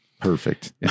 Perfect